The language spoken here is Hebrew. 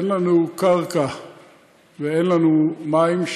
אין לנו קרקע ואין לנו מים,